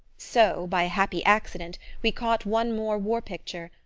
so, by a happy accident, we caught one more war-picture,